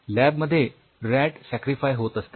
लॅबमध्ये rat sacrifice होत असतात